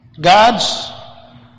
God's